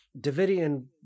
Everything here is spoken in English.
Davidian